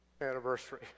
anniversary